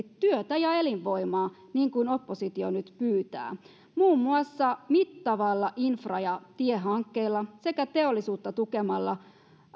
työtä ja elinvoimaa niin kuin oppositio nyt pyytää muun muassa mittavilla infra ja tiehankkeilla sekä teollisuutta tukemalla